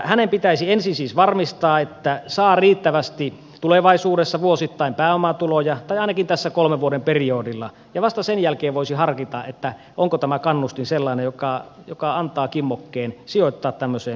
hänen pitäisi ensin siis varmistaa että saa riittävästi tulevaisuudessa vuosittain pääomatuloja tai ainakin tässä kolmen vuoden periodilla ja vasta sen jälkeen voisi harkita onko tämä kannustin sellainen joka antaa kimmokkeen sijoittaa tämmöiseen listaamattomaan yritykseen